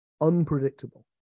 unpredictable